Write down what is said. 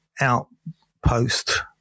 outpost